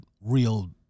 real